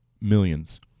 millions